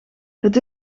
het